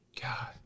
God